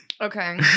Okay